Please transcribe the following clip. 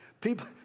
people